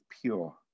pure